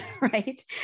Right